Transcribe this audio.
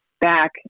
back